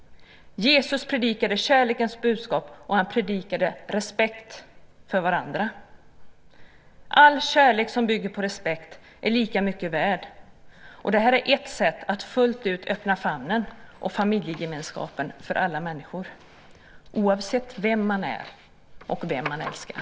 Jesus predikade kärlekens budskap, och han predikade respekt för varandra. All kärlek som bygger på respekt är lika mycket värd. Det här är ett sätt att fullt ut öppna famnen och familjegemenskapen för alla människor - oavsett vem man är och vem man älskar.